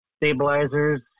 stabilizers